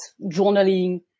journaling